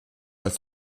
als